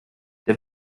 der